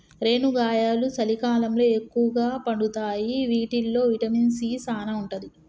రేనుగాయలు సలికాలంలో ఎక్కుగా పండుతాయి వీటిల్లో విటమిన్ సీ సానా ఉంటది